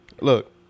Look